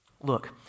Look